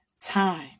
time